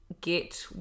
get